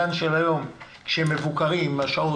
שהם מבוקרים - עם השעות,